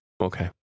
Okay